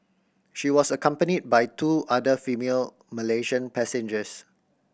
she was accompanied by two other female Malaysian passengers